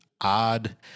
odd